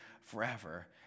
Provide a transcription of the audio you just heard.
forever